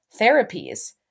therapies